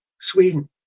sweden